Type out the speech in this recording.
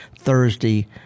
Thursday